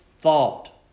thought